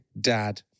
Dad